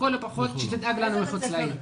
לכל הפחות שתדאג לנו מחוץ לעיר.